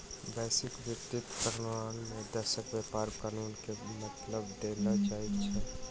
वैश्विक वित्तीय प्रणाली में देशक व्यापार कानून के महत्त्व देल जाइत अछि